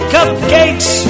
Cupcakes